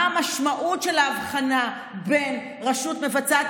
מה המשמעות של ההבחנה בין רשות מבצעת,